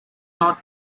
not